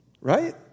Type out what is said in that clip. Right